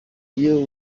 iyo